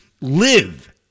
live